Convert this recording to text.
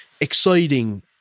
exciting